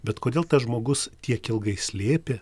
bet kodėl tas žmogus tiek ilgai slėpė